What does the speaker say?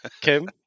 Kim